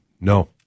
no